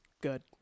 Good